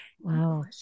Wow